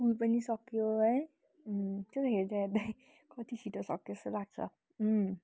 school पनि सकियो है त्यही त हेर्दा हेर्दै कति छिटो सकिएछ जस्तो लाग्छ